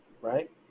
Right